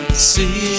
See